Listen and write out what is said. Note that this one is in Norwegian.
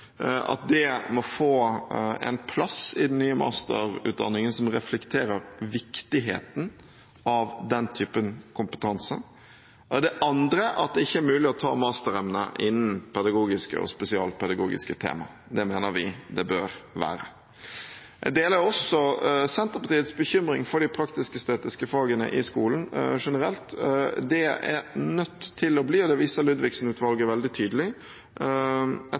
at det må få en plass i den nye masterutdanningen som reflekterer viktigheten av den typen kompetanse, og den andre er at det ikke er mulig å ta masteremne innen pedagogiske og spesialpedagogiske tema. Det mener vi det bør være. Jeg deler også Senterpartiets bekymring for de praktisk-estetiske fagene i skolen generelt. Det er nødt til å bli – det viser Ludvigsen-utvalget veldig tydelig